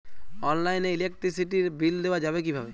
অনলাইনে ইলেকট্রিসিটির বিল দেওয়া যাবে কিভাবে?